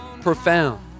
profound